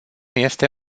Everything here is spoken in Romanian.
este